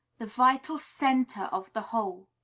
the vital centre of the whole.